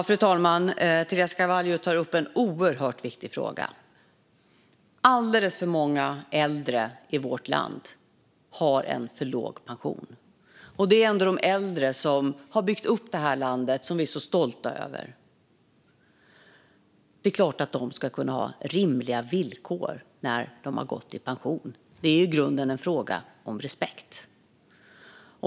Fru talman! Teresa Carvalho tar upp en oerhört viktig fråga. Alldeles för många äldre i vårt land har en för låg pension, och det är ändå de äldre som har byggt upp detta land som vi är så stolta över. Det är klart att de ska ha rimliga villkor när de har gått i pension. Det är i grunden en fråga om respekt.